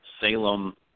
Salem